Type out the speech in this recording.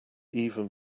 even